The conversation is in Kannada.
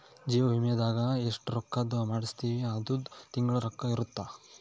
ಜೀವ ವಿಮೆದಾಗ ಎಸ್ಟ ರೊಕ್ಕಧ್ ಮಾಡ್ಸಿರ್ತಿವಿ ಅದುರ್ ತಿಂಗಳ ಕಂತು ಇರುತ್ತ